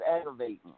aggravating